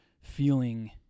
feeling